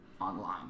online